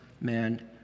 man